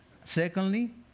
Secondly